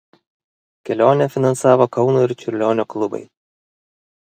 kelionę finansavo kauno ir čiurlionio klubai